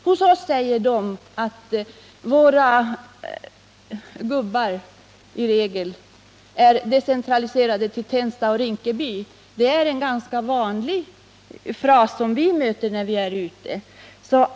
Hos oss säger man att våra gubbar är decentraliserade till Tensta och Rinkeby. Det är en ganska vanlig fras, som vi möter när vi är ute.